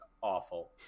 awful